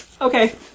Okay